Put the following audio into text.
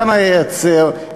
כמה ייצר,